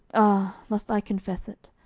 ah, must i confess it?